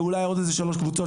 ואולי עוד איזה שלוש קבוצות,